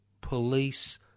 police